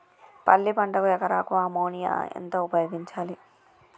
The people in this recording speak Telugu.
పల్లి పంటకు ఎకరాకు అమోనియా ఎంత ఉపయోగించాలి?